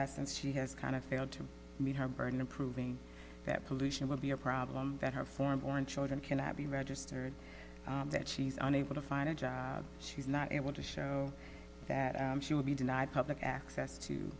and she has kind of failed to meet her burden of proving that pollution will be a problem that her foreign born children cannot be registered that she's unable to find a job she's not able to show that she will be denied public access